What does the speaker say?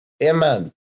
Amen